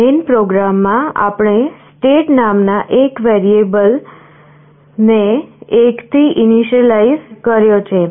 Main પ્રોગ્રામમાં આપણે state નામના એક વેરિયેબલ ને 1 થી ઇનિશ્યલાઈઝ કર્યો છે